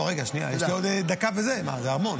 לא, רגע, שנייה, יש לי עוד דקה, מה, זה המון.